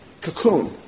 cocoon